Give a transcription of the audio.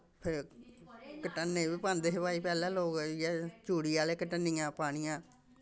फिर घटन्ने बी पांदे हे भाई पैह्ले लोक इ'यै चूड़ी आह्ले घटन्नियां पानियां